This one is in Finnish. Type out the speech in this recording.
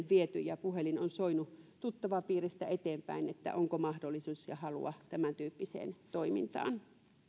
viety ja puhelin on soinut tuttavapiiristä eteenpäin että onko mahdollisuus ja halua tämäntyyppiseen toimintaan